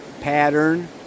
pattern